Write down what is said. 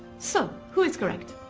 so who is correct?